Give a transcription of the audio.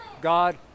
God